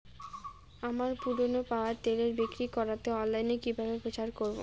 আমার পুরনো power tiller বিক্রি করাতে অনলাইনে কিভাবে প্রচার করব?